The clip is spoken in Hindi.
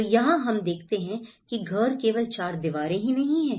तो यहाँ हम देखते हैं कि घर केवल चार दीवारें ही नहीं है